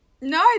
No